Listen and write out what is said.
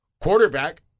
quarterback